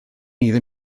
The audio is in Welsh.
iddyn